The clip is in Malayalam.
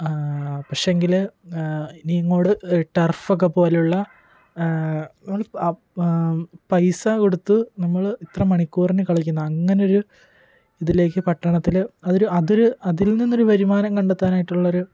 പക്ഷേങ്കില് ഇനി ഇങ്ങോട് ടർഫർഫക്കെ പോലെള്ള പൈസ കൊടുത്ത് നമ്മള് ഇത്ര മണിക്കൂറിന് കളിക്കുന്നത് അങ്ങനെ ഒരു ഇതിലേക്ക് പട്ടണത്തില് അതൊരു അതൊരു അതിൽ നിന്നൊരു വരുമാനം കണ്ടെത്താനായിട്ടുള്ളൊരു